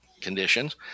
conditions